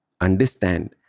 understand